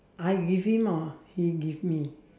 I give him or he give me